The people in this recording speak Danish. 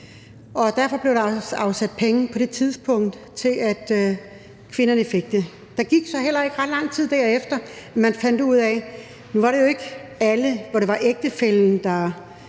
Derfor blev der på det tidspunkt afsat penge til det. Der gik så heller ikke ret lang tid derefter, før man fandt ud af, at det ikke var alle, hvor det var ægtefællen, der